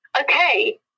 okay